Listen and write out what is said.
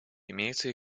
имеются